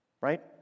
Right